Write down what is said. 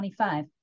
25